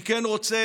אני כן רוצה,